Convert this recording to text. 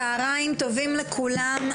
צוהריים טובים לכולם,